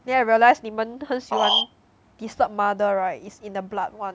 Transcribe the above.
then I realize 你们很喜欢 disturb mother right is in the blood [one]